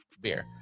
Beer